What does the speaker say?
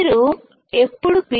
మీరు ఎప్పుడు పి